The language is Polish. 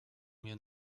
mnie